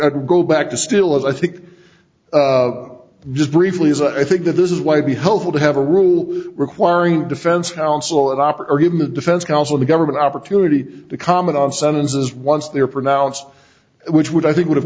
a go back to still as i think just briefly is i think that this is why be helpful to have a rule requiring defense counsel at opera or given the defense counsel the government opportunity to comment on sentences once they're pronounced and which would i think would have